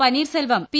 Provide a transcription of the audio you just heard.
Panneerselvam P